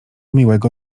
miłego